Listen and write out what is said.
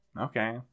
Okay